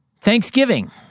Thanksgiving